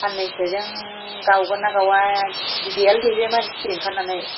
साननैसोजों गावगोन ना गावा बिदैआनो दैबायमोन सिखिरि ओंखारनानै